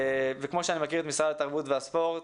כמו שאני מכיר את משרד התרבות והספורט,